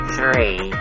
Three